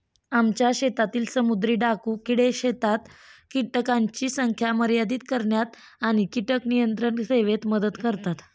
आमच्या शेतातील समुद्री डाकू किडे शेतात कीटकांची संख्या मर्यादित करण्यात आणि कीटक नियंत्रण सेवेत मदत करतात